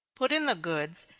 put in the goods,